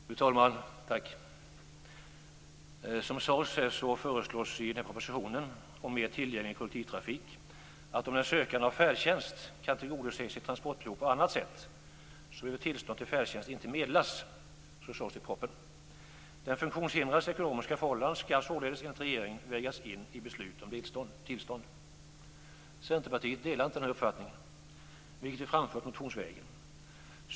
Fru talman! Som sades föreslås i propositionen om mer tillgänglig kollektivtrafik att tillstånd till färdtjänst inte behöver meddelas om den sökande kan tillgodose sitt transportbehov på annat sätt. Så sades i propositionen. Den funktionshindrades ekonomiska förhållanden skall således enligt regeringen vägas in i beslut om tillstånd. Centerpartiet delar inte den uppfattningen, vilket är framfört motionsvägen.